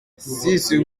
six